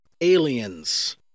Aliens